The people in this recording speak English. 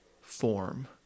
form